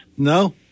No